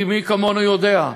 כי מי כמונו יודע,